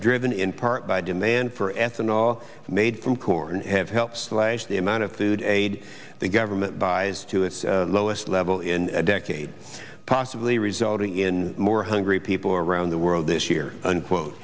driven in part by demand for ethanol made from corn have helped slash the amount of food aid the government buys to its lowest level in a decade possibly resulting in more hungry people around the world this year unquote